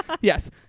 Yes